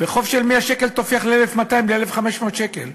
וחוב של 100 שקל תופח ל-1,200 ול-1,500 שקל.